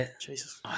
Jesus